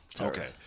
Okay